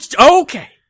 okay